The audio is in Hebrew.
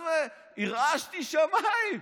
הרעשתי שמיים.